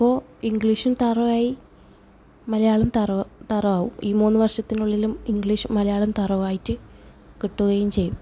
അപ്പോൾ ഇംഗ്ലീഷും തറവായി മലയാളവും തറവ് തറവാകും ഈ മൂന്ന് വർഷത്തിനുള്ളിലും ഇംഗ്ലീഷ് മലയാളം തറവായിട്ട് കിട്ടുകയും ചെയ്യും